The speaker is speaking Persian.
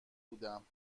بودم